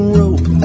rope